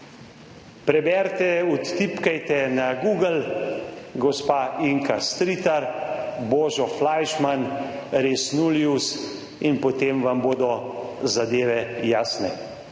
Preberite, vtipkajte na Google, gospa Inka Stritar, Božo Flajšman, resnullius in potem vam bodo zadeve jasne.